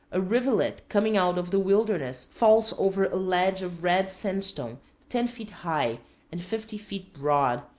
a rivulet coming out of the wilderness falls over a ledge of red sandstone ten feet high and fifty feet broad,